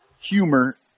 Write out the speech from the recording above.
humor